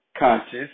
Conscious